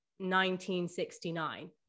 1969